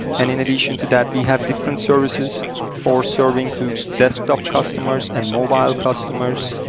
and in addition to that, we have different services for serving to desktop customers and mobile customers.